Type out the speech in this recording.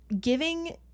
giving